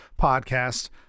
podcast